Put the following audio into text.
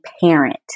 parent